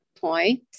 point